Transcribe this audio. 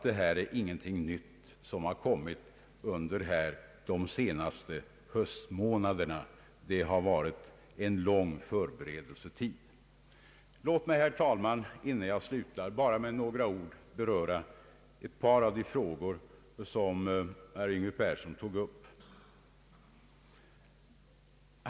Detta är ingenting nytt som kommit upp under de senaste höstmånaderna. Det har varit en lång förberedelsetid. Låt mig, herr talman, innan jag slutar bara med några ord beröra ett par av de frågor som herr Yngve Persson tog upp.